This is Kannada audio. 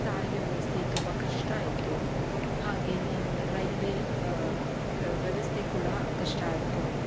ಸಾರಿಗೆ ವ್ಯವಸ್ಥೆ ತುಂಬ ಕಷ್ಟ ಇತ್ತು ಹಾಗೆಯೇ ಒಂದು ರೈಲ್ವೆ ವ್ಯವಸ್ಥೆ ಕೂಡ ಕಷ್ಟ ಇತ್ತು